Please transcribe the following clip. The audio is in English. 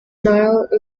nile